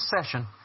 session